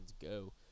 go